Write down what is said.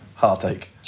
Heartache